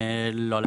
לא.